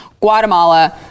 Guatemala